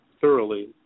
thoroughly